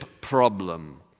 problem